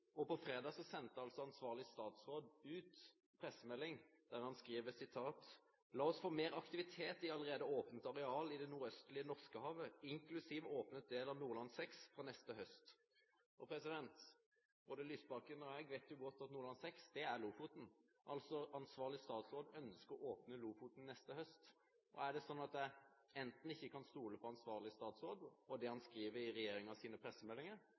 petroleumsaktivitet der. Fredag sendte ansvarlig statsråd ut en pressemelding der han skriver: «La oss få mer aktivitet i allerede åpnet areal i det nordøstlige Norskehavet nå, inklusive åpnet del av Nordland VI.» Både Lysbakken og jeg vet godt at Nordland VI er Lofoten. Ansvarlig statsråd ønsker altså å åpne Lofoten neste høst. Er det sånn at en enten ikke kan stole på ansvarlig statsråd og det han skriver i regjeringens pressemeldinger,